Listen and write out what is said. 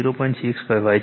6 કહેવાય છે